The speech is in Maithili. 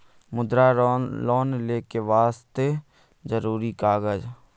मुद्रा लोन लेके वास्ते जरुरी कागज?